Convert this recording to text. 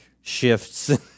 shifts